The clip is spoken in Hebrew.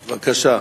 בבקשה.